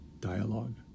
dialogue